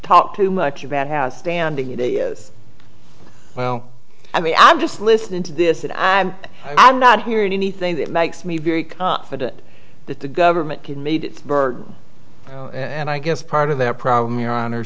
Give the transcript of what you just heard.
talk too much about how standing in a is well i mean i'm just listening to this and i'm i'm not hearing anything that makes me very confident that the government can meet its burden and i guess part of the problem your honor